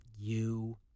you